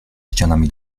ścianami